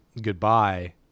goodbye